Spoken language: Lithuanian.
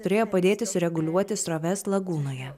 turėjo padėti sureguliuoti sroves lagūnoje